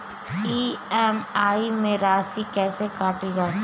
EMI में राशि कैसे काटी जाती है?